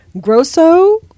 Grosso